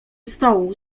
stołu